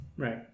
Right